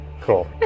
cool